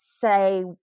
Say